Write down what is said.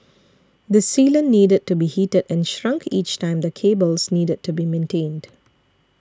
this sealant needed to be heated and shrunk each time the cables needed to be maintained